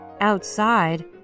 Outside